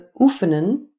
oefenen